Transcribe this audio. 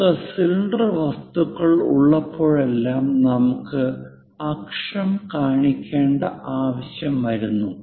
നമുക്ക് സിലിണ്ടർ വസ്തുക്കൾ ഉള്ളപ്പോഴെല്ലാം നമുക്ക് അക്ഷം കാണിക്കേണ്ട ആവശ്യം വരുന്നു